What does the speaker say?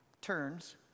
Turns